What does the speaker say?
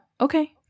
Okay